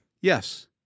Yes